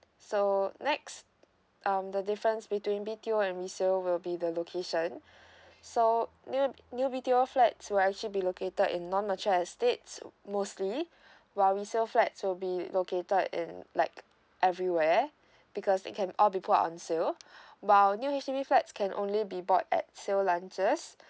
so next um the difference between B_T_O and resale will be the location so new new B_T_O flat were actually be located in non mature estate mostly while resale flat so be located in like everywhere because they can all be put on sale while new H_D_B flat can only be bought at sale lunches